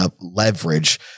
leverage